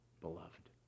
beloved